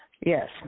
Yes